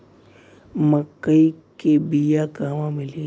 मक्कई के बिया क़हवा मिली?